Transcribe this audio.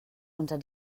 unter